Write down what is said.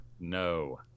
No